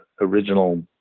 original